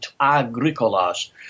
agricolas